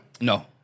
No